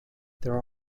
there